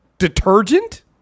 Detergent